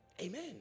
Amen